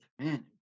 man